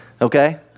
okay